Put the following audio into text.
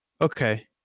Okay